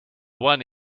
one